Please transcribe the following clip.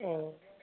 ए